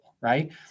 right